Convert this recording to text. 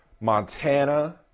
Montana